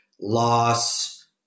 loss